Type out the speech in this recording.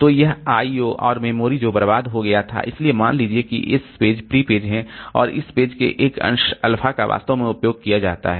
तो यह IO और मेमोरी जो बर्बाद हो गया था इसलिए मान लीजिए कि s पेज प्री पेज हैं और इस पेज के एक अंश अल्फा का वास्तव में उपयोग किया जाता है